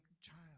child